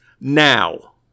now